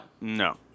No